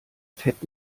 fett